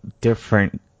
different